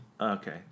Okay